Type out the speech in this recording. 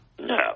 No